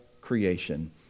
creation